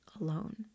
alone